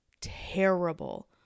terrible